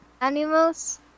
animals